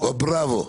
אישי למשפחה?